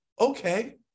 okay